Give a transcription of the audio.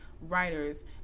writers